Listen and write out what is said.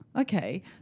Okay